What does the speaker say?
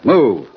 Move